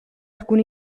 alcun